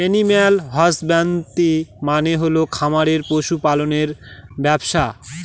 animal husbandry মানে হল খামারে পশু পালনের ব্যবসা